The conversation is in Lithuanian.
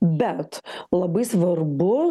bet labai svarbu